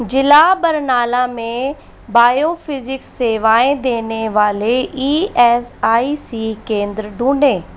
जिला बरनाला में बायोफ़िज़िक्स सेवाएं देने वाले ई एस आई सी केंद्र ढूँढें